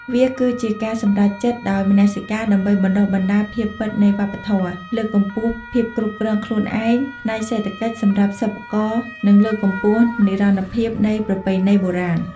វាគឺជាការសម្រេចចិត្តដោយមនសិការដើម្បីបណ្តុះបណ្តាលភាពពិតនៃវប្បធម៌ លើកកម្ពស់ភាពគ្រប់គ្រងខ្លួនឯងផ្នែកសេដ្ឋកិច្ចសម្រាប់សិប្បករ និងលើកកម្ពស់និរន្តរភាពនៃប្រពៃណីបុរាណ។